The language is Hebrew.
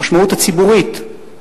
המשמעות הציבורית,